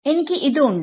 എനിക്ക് ഉണ്ട്